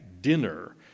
dinner